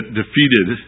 defeated